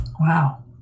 Wow